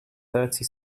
thirty